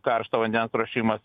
karšto vandens ruošimas